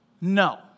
No